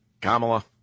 Kamala